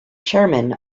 chairman